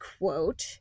quote